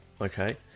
okay